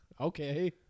Okay